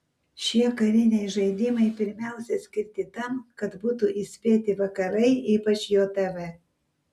šie kariniai žaidimai pirmiausia skirti tam kad būtų įspėti vakarai ypač jav